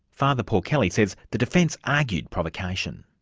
father paul kelly says the defence argued provocation.